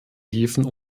häfen